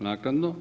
Naknadno.